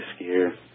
skier